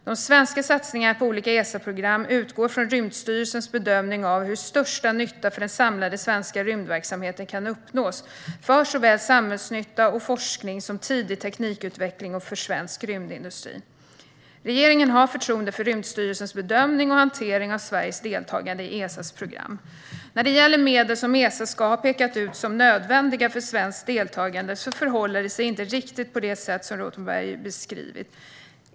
De svenska satsningarna på olika Esaprogram utgår från Rymdstyrelsens bedömning av hur största nytta för den samlade svenska rymdverksamheten kan uppnås för såväl samhällsnytta och forskning som tidig teknikutveckling och för svensk rymdindustri. Regeringen har förtroende för Rymdstyrelsens bedömning och hantering av Sveriges deltagande i Esas program. När det gäller medel som Esa ska ha pekat ut som nödvändiga för svenskt deltagande förhåller det sig inte riktigt på det sätt som Rothenberg beskrivit.